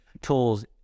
tools